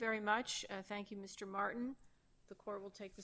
very much thank you mr martin the court will take